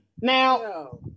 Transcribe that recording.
Now